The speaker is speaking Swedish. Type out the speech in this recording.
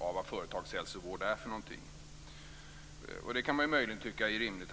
av vad företagshälsovård är. Det kan man möjligen tycka är rimligt.